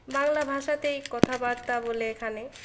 বাংলা ভাষাতেই কথাবার্তা বলে এখানে